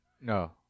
No